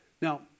Now